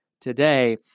today